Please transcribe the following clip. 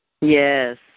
Yes